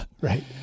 right